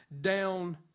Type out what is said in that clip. down